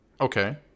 okay